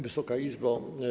Wysoka Izbo!